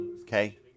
Okay